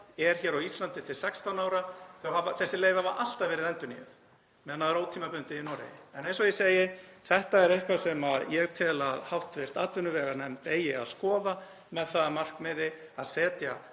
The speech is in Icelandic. en hér á Íslandi til 16 ára. Þessi leyfi hafa alltaf verið endurnýjuð meðan þau eru ótímabundin í Noregi. En eins og ég segi þá er þetta eitthvað sem ég tel að hv. atvinnuveganefnd eigi að skoða með það að markmiði að setja